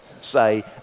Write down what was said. say